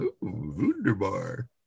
wunderbar